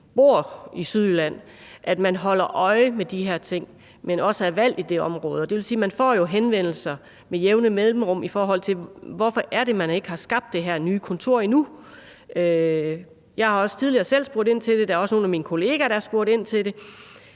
i det område, at man holder øje med de her ting. Det vil sige, at man jo får henvendelser med jævne mellemrum om, hvorfor det er, der ikke er blevet skabt det her nye kontor endnu. Jeg har også tidligere selv spurgt ind til det. Der er også nogle af mine kolleger, der har spurgt ind til det.